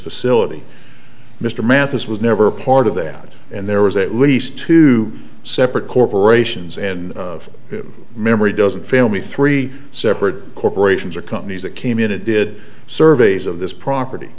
facility mr mathis was never part of that and there was at least two separate corporations and memory doesn't fail me three separate corporations are companies that came in and did surveys of this property